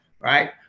right